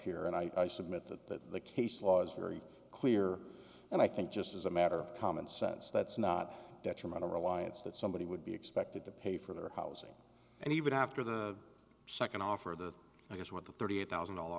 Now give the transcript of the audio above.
here and i submit that the case law is very clear and i think just as a matter of common sense that's not detrimental reliance that somebody would be expected to pay for their housing and even after the second offer that i guess what the thirty eight thousand